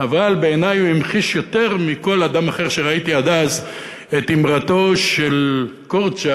אבל בעיני הוא המחיש יותר מכל אדם אחר שראיתי עד אז את אמרתו של קורצ'אק